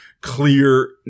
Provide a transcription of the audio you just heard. clear